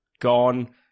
gone